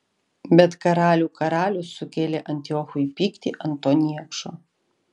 bet karalių karalius sukėlė antiochui pyktį ant to niekšo